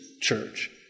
church